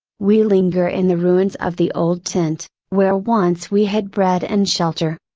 we linger in the ruins of the old tent, where once we had bread and shelter.